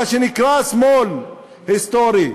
מה שנקרא השמאל ההיסטורי,